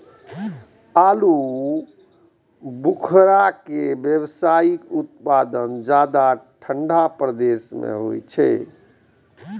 आलू बुखारा के व्यावसायिक उत्पादन ज्यादा ठंढा प्रदेश मे होइ छै